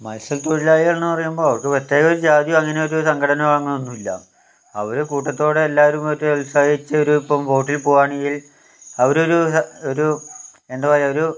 മത്സ്യത്തൊഴിലാളികൾ എന്നു പറയുമ്പോൾ അവർക്ക് പ്രത്യേകം ജാതി അങ്ങനെയൊരു സംഘടന അങ്ങനെയൊന്നും ഇല്ല അവര് കൂട്ടത്തോടെ എല്ലാവരും ഒത്ത് ഉത്സാഹിച്ചൊരു ഇപ്പം ബോട്ടിൽ പോവുകയാണെങ്കിൽ അവരൊരു ഒരു എന്താ പറയുക ഒരു